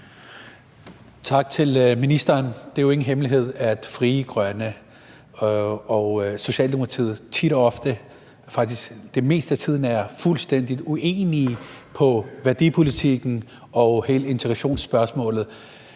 Tak til ministeren. Det er jo ingen hemmelighed, at Frie Grønne og Socialdemokratiet tit og ofte, faktisk det meste af tiden, er fuldstændig uenige om værdipolitikken og hele integrationsspørgsmålet.